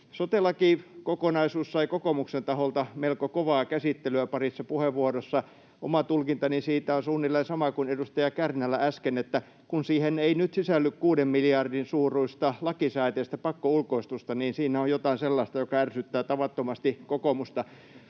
Sote-lakikokonaisuus sai kokoomuksen taholta melko kovaa käsittelyä parissa puheenvuorossa. Oma tulkintani siitä on suunnilleen sama kuin edustaja Kärnällä äsken, että kun siihen ei nyt sisälly 6 miljardin suuruista lakisääteistä pakkoulkoistusta, niin siinä on jotain sellaista, joka ärsyttää tavattomasti kokoomusta.